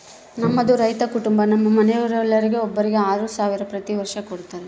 ನಮ್ಮದು ರೈತ ಕುಟುಂಬ ನಮ್ಮ ಮನೆಯವರೆಲ್ಲರಿಗೆ ಒಬ್ಬರಿಗೆ ಆರು ಸಾವಿರ ಪ್ರತಿ ವರ್ಷ ಕೊಡತ್ತಾರೆ